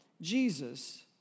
Jesus